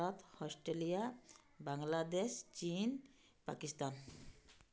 Bharat Australia Bangladesh ଚୀନ ପାକିସ୍ତାନ